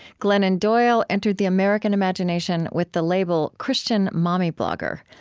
glennon doyle entered the american imagination with the label christian mommy blogger.